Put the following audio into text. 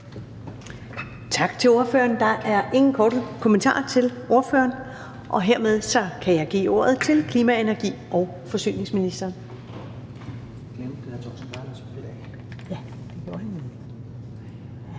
Tak til ordføreren. Der er ingen korte bemærkninger til ordføreren, og hermed kan jeg give ordet til klima-, energi- og forsyningsministeren.